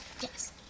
Yes